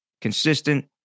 consistent